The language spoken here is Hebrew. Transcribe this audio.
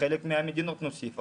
חלק מהמדינות נוסיף,